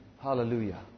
Hallelujah